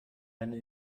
eine